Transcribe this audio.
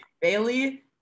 Bailey